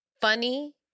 funny